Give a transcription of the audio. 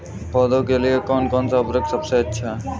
पौधों के लिए कौन सा उर्वरक सबसे अच्छा है?